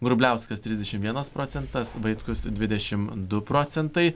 grubliauskas trisdešimt vienas procentas vaitkus dvidešimt du procentai